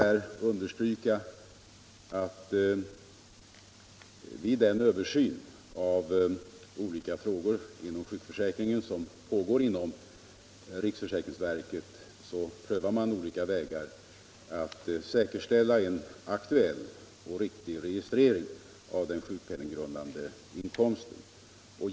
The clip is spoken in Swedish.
Jag vill understryka att vid den översyn av olika frågor inom sjukförsäkringen som pågår hos riksförsäkringsverket prövas olika vägar att säkerställa en aktuell och riktig registrering av den sjukpenninggrundande inkomsten.